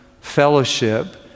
fellowship